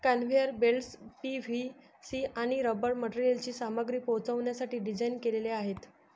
conveyor belts PVC आणि rubber मटेरियलची सामग्री पोहोचवण्यासाठी डिझाइन केलेले आहेत